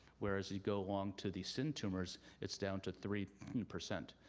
whereas you go along to the cin tumors, it's down to three percent.